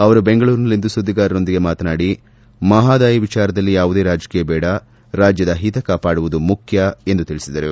ಅವರು ಬೆಂಗಳೂರಿನಲ್ಲಿಂದು ಸುದ್ದಿಗಾರರೊಂದಿಗೆ ಮಾತನಾಡಿ ಮಹದಾಯಿ ವಿಚಾರದಲ್ಲಿ ಯಾವುದೇ ರಾಜಕೀಯ ಬೇಡ ರಾಜ್ಯದ ಹಿತ ಕಾಪಾಡುವುದು ಮುಖ್ಯ ಎಂದು ತಿಳಿಸಿದರು